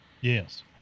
Yes